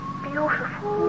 beautiful